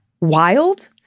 wild